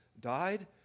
died